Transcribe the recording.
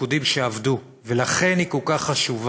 תפקודים שאבדו, ולכן היא כל כך חשובה.